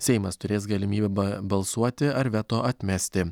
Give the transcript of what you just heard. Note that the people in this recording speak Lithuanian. seimas turės galimybę balsuoti ar veto atmesti